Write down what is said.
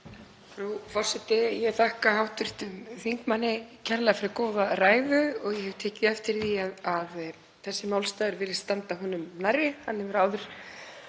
Frú forseti. Ég þakka hv. þingmanni kærlega fyrir góða ræðu og ég hef tekið eftir því að þessi málstaður virðist standa honum nærri, hann hefur áður